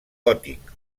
gòtic